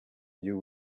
you